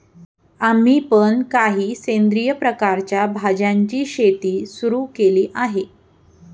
आम्ही पण काही सेंद्रिय प्रकारच्या भाज्यांची शेती सुरू केली आहे